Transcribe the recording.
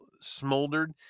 smoldered